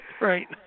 Right